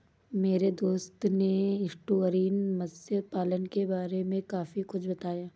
मेरे दोस्त ने एस्टुअरीन मत्स्य पालन के बारे में काफी कुछ बताया